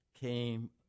came